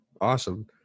Awesome